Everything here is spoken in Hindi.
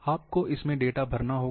आपको इसमें डेटा भरना होगा